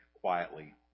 quietly